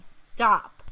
stop